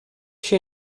she